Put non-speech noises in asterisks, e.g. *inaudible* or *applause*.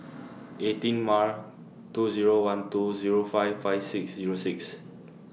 *noise* eighteen Mar two Zero one two Zero five five six Zero six *noise*